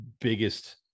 biggest